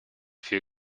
feel